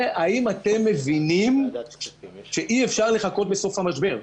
והאם אתם מבינים שאי-אפשר לחכות לסוף המשבר?